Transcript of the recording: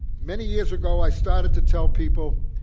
many years ago i started to tell people,